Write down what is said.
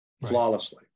flawlessly